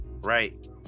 right